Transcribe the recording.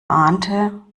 ahnte